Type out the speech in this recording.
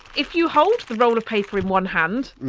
if you hold the roll of paper in one hand,